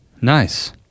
Nice